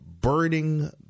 burning